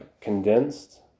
condensed